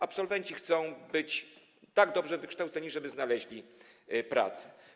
Absolwenci chcą być tak dobrze wykształceni, żeby znaleźć pracę.